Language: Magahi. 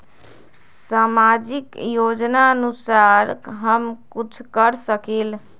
सामाजिक योजनानुसार हम कुछ कर सकील?